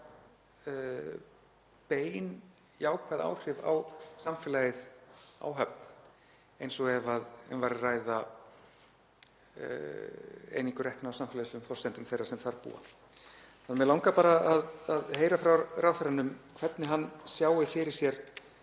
bein jákvæð áhrif á samfélagið á Höfn eins og ef um væri að ræða einingu rekna á samfélagslegum forsendum þeirra sem þar búa. Mig langar bara að heyra frá ráðherranum hvernig hann sjái fyrir sér